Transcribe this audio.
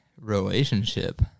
relationship